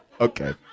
Okay